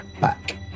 back